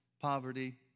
Poverty